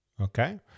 okay